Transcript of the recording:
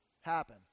happen